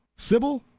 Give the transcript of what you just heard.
sybil,